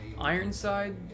Ironside